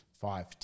five